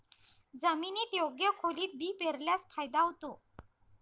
जमिनीत योग्य खोलीत बी पेरल्यास फायदा होतो